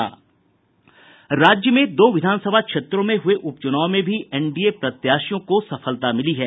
राज्य में दो विधानसभा क्षेत्रों में हुए उपच्रनाव में भी एनडीए प्रत्याशियों को सफलता मिली है